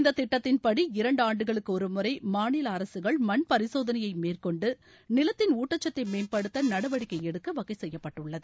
இந்த திட்டத்தின்படி இரண்டாண்டுகளுக்கு ஒருமுறை மாநில அரசுகள் மண் பரிசோதனையை மேற்கொண்டு நிலத்தின் ஊட்டசத்தை மேம்படுத்த நடவடிக்கை எடுக்க வகை செய்யப்பட்டுள்ளது